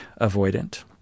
avoidant